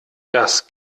das